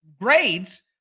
grades